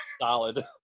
Solid